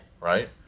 Right